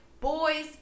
boys